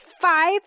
five